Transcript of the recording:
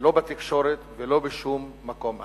לא בתקשורת ולא בשום מקום אחר.